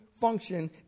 function